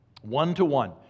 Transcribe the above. one-to-one